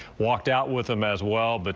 walked out with them as well, but